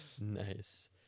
Nice